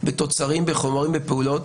בתוצרים, חומרים ופעולות,